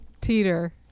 Teeter